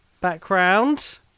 Background